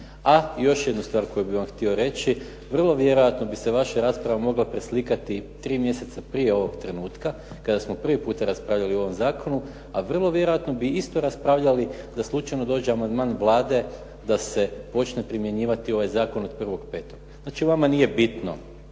A još jednu stvar koju bih vam htio reći, vrlo vjerojatno bi se vaša rasprava mogla preslikati tri mjeseca prije ovog trenutka kada smo prvi puta raspravljali o ovom zakonu a vrlo vjerojatno bi isto raspravljali da slučajno dođe amandman Vlade da se počne primjenjivati ovaj zakon od 1.5. Znači, vama nije bitno